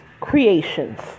creations